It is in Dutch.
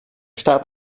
staat